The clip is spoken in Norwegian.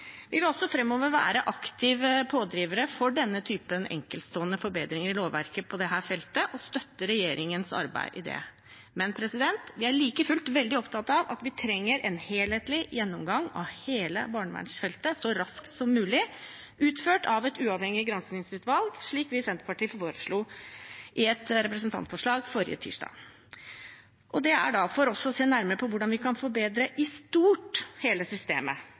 Vi vil også framover være aktive pådrivere for denne typen enkeltstående forbedringer i lovverket på dette feltet og støtter regjeringens arbeid i det. Men vi er like fullt veldig opptatt av at vi trenger en helhetlig gjennomgang av hele barnevernsfeltet så raskt som mulig, utført av et uavhengig granskingsutvalg, slik vi i Senterpartiet foreslo i et representantforslag forrige tirsdag. Det er for å se nærmere på hvordan vi i stort kan forbedre hele systemet, for å finne bedre måter å organisere hele